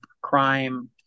crime